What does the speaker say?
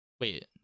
Wait